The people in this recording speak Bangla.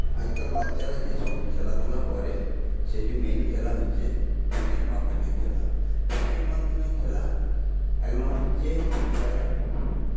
আজকাল বাচ্চারা যেসব খেলাধুলা করে সেটি মেন খেলা হচ্ছে ফোনের মাধ্যমে খেলা ফোনের মাধ্যমে খেলা এক নম্বর হচ্ছে ফ্রি ফায়ার